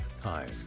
time